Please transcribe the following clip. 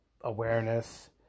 awareness